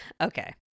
okay